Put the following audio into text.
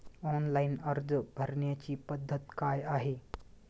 Online अर्ज भरण्याची पद्धत काय आहे?